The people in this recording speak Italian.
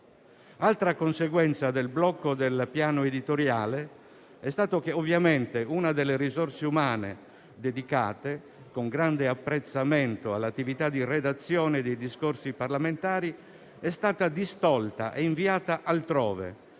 Altra conseguenza del blocco del piano editoriale è stata che ovviamente una delle risorse umane dedicate, con grande apprezzamento, all'attività di redazione dei discorsi parlamentari è stata distolta e inviata altrove,